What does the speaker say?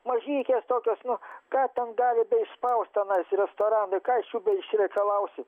mažytės tokios nu ką ten gali beišspaust tenais restoranui ką iš jų beišreikalausi